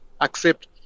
accept